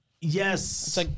yes